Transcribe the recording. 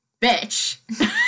bitch